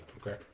okay